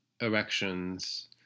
erections